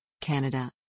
Canada